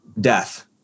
death